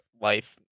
life